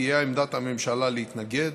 תהיה עמדת הממשלה להתנגד.